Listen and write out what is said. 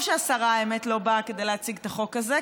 שהשרה לא באה כדי להציג את החוק הזה,